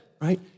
right